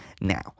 Now